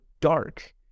dark